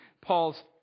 Paul's